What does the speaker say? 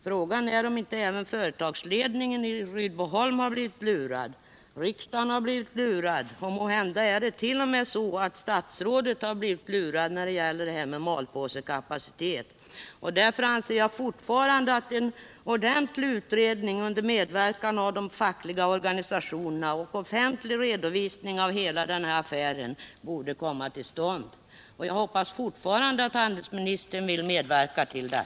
Frågan är om inte även företagsledningen vid Rydboholm har blivit lurad, riksdagen har blivit lurad och måhända även statsrådet när det gäller malpåsekapaciteten. Därför anser jag fortfarande att en ordentlig utredning under medverkan av de fackliga organisationerna bör göras och att en offentlig redovisning av hela den här affären borde komma till stånd. Jag hoppas fortfarande att handelsministern vill medverka till det.